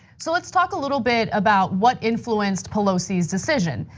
so, let's talk a little bit about what influenced pelosi's decision.